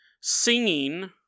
singing